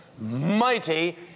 mighty